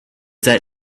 that